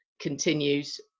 continues